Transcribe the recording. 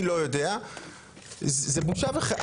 אני לא יודע.״ זו בושה וחרפה.